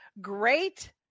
great